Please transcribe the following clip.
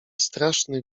straszny